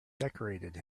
decorated